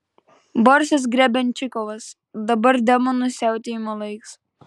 borisas grebenščikovas dabar demonų siautėjimo laikas